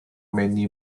many